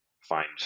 find